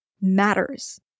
matters